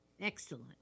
Excellent